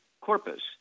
Corpus